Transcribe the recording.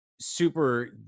super